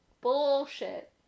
Bullshit